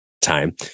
time